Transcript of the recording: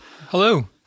Hello